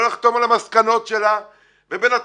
לא לחתום על המסקנות שלה ובינתיים